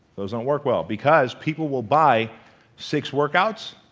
those don't work well because people will buy six workouts